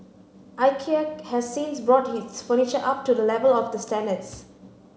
Ikea has since brought its furniture up to the level of the standards